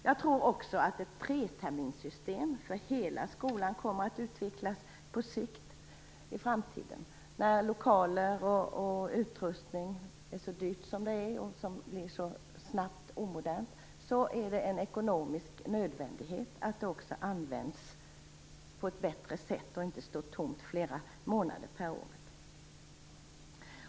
Jag tror också att ett treterminssystem för hela skolan kommer att utvecklas på sikt. Lokaler och utrustning är så dyra och blir så snabbt omoderna att det är en ekonomisk nödvändighet att de också används på ett bättre sätt så att lokalerna inte står tomma under flera månader per år.